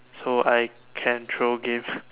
so I can throw games